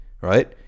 right